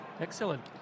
excellent